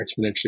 exponentially